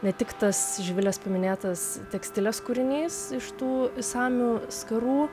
ne tik tas živilės paminėtas tekstilės kūrinys iš tų samių skarų